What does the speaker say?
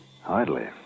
Hardly